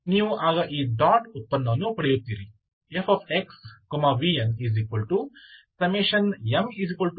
ನೀವು ಆಗ ಈ ಡಾಟ್ ಉತ್ಪನ್ನವನ್ನು ಪಡೆಯುತ್ತೀರಿ